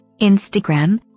Instagram